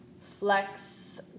Flex